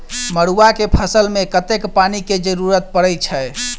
मड़ुआ केँ फसल मे कतेक पानि केँ जरूरत परै छैय?